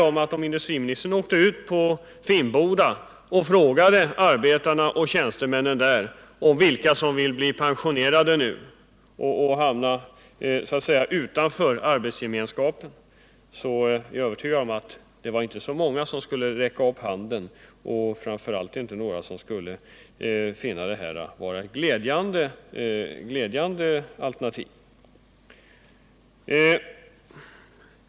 Om industriministern åkte ut till Finnboda och frågade arbetarna och tjänstemännen där vilka som ville bli pensionerade och så att säga hamna utanför arbetsgemenskapen så är jag övertygad om att det inte skulle vara så många som räckte upp handen och framför allt inte några som fann det här vara ett glädjande alternativ.